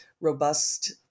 robust